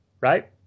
right